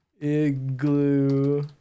Igloo